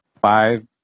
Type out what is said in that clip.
five